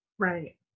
Right